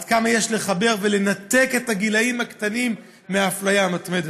עד כמה יש לחבר ולנתק את הגילאים הקטנים מהאפליה המתמדת.